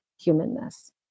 humanness